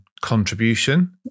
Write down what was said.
contribution